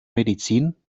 medizin